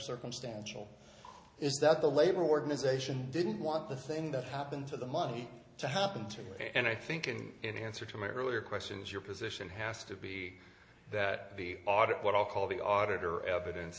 circumstantial is that the labor organization didn't want the thing that happened to the money to happen to you and i think in in answer to my earlier questions your position it has to be that the art of what i'll call the auditor evidence